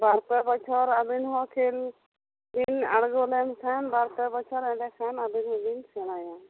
ᱵᱟᱨᱯᱮ ᱵᱚᱪᱷᱚᱨ ᱟᱵᱮᱱ ᱦᱚᱸ ᱠᱷᱮᱞ ᱵᱮᱱ ᱟᱲᱜᱚᱞᱮᱱ ᱠᱷᱟᱱ ᱵᱟᱨᱯᱮ ᱵᱚᱪᱷᱚᱨ ᱮᱰᱮᱠᱷᱟᱱ ᱟᱹᱵᱤᱱ ᱦᱚᱸ ᱵᱮᱱ ᱥᱮᱬᱟᱭᱟ